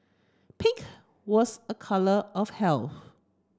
pink was a colour of